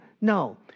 No